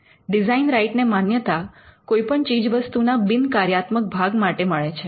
design રાઈટને માન્યતા કોઈપણ ચીજવસ્તુના બિન કાર્યાત્મક ભાગ માટે મળે છે